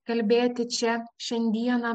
kalbėti čia šiandieną